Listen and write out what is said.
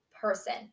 person